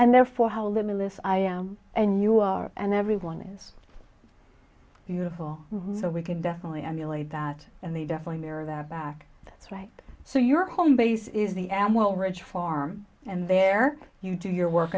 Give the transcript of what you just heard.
and therefore how limitless i am and you are and everyone is beautiful so we can definitely emulate that and they definitely mirror that back that's right so your home base is the admiral ridge farm and there you do your work